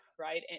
right